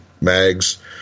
mags